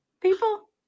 people